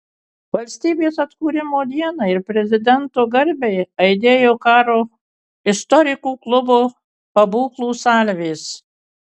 valstybės atkūrimo dienai ir prezidento garbei aidėjo karo istorikų klubo pabūklų salvės